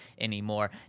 anymore